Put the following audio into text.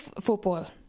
football